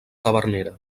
tavernera